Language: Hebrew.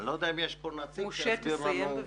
אני לא יודע אם יש כאן נציג שיוכל להסביר לנו.